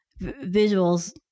Visuals